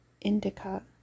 indica